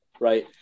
right